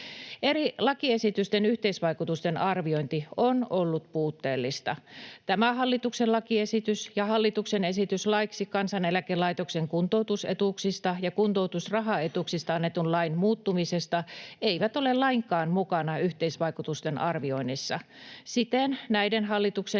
Eri lakiesitysten yhteisvaikutusten arviointi on ollut puutteellista. Tämä hallituksen lakiesitys ja hallituksen esitys laiksi Kansaneläkelaitoksen kuntoutusetuuksista ja kuntoutusrahaetuuksista annetun lain muuttamisesta eivät ole lainkaan mukana yhteisvaikutusten arvioinnissa. Siten näiden hallituksen